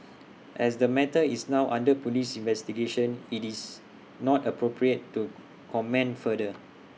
as the matter is now under Police investigation IT is not appropriate to comment further